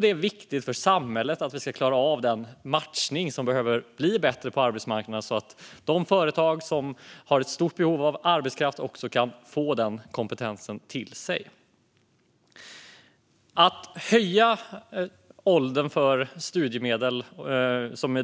Det är viktigt för samhället att klara av den matchning som behöver blir bättre på arbetsmarknaden så att de företag som har ett stort behov av arbetskraft också kan få den kompetensen till sig. Att höja åldern för studiemedel, som är ämnet som vi